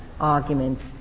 arguments